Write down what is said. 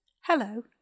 Hello